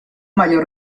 mayor